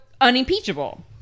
unimpeachable